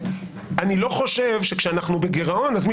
אני לא חושב שכאשר אנחנו בגירעון מי,